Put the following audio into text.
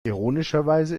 ironischerweise